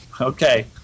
Okay